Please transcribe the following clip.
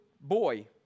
boy